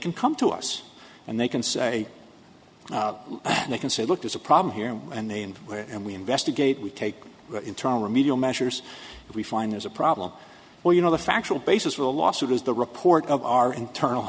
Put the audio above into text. can come to us and they can say they can say look there's a problem here and they and where and we investigate we take internal remedial measures if we find there's a problem or you know the factual basis of a lawsuit is the report of our internal